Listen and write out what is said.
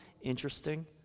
interesting